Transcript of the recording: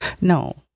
no